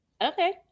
Okay